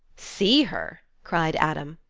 see her! cried adam.